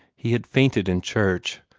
he had fainted in church,